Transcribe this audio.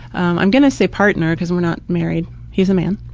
i'm gonna say partner because we are not married he's a man.